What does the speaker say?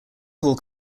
pull